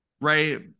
right